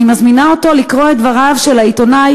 אני מזמינה אותו לקרוא את דבריו של העיתונאי